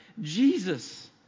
Jesus